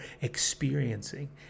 experiencing